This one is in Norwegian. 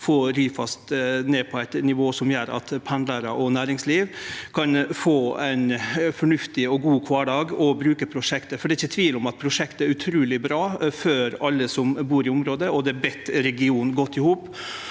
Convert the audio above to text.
å få Ryfast ned på eit nivå som gjer at pendlarar og næringslivet kan få ein fornuftig og god kvardag og bruke prosjektet. Det er ikkje tvil om at prosjektet er utruleg bra for alle som bur i området, og det bind regionen godt i hop.